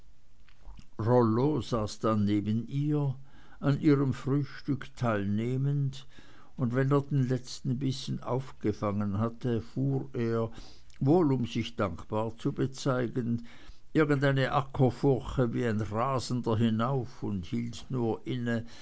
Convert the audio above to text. neben ihr an ihrem frühstück teilnehmend und wenn er den letzten bissen aufgefangen hatte fuhr er wohl um sich dankbar zu bezeigen irgendeine ackerfurche wie ein rasender hinauf und hielt nur inne